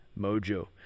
mojo